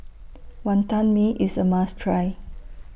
Wantan Mee IS A must Try